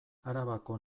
arabako